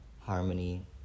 harmony